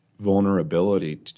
vulnerability